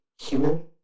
human